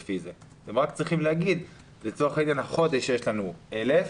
אתם רק צריכים להגיד לצורך העניין החודש יש לכם 1,000,